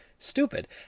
stupid